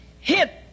hit